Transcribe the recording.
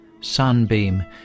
sunbeam